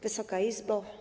Wysoka Izbo!